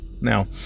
Now